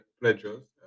pledges